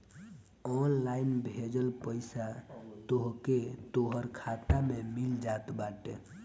online भेजल पईसा तोहके तोहर खाता में मिल जात बाटे